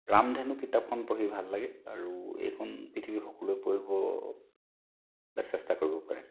ৰামধেনু কিতাপখন পঢ়ি ভাল লাগে আৰু এইখন পৃথিৱীৰ সকলোৱে পঢ়িব চেষ্টা কৰিব পাৰে